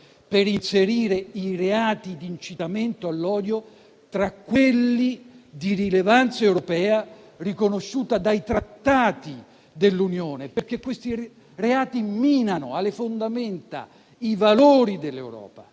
per inserire i reati di incitamento all'odio tra quelli di rilevanza europea riconosciuta dai trattati dell'Unione, perché questi reati minano alle fondamenta i valori dell'Europa.